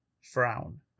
Frown